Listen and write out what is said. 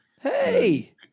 Hey